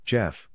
Jeff